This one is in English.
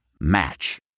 match